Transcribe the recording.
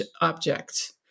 object